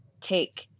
take